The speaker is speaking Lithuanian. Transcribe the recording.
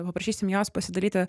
paprašysim jos pasidalyti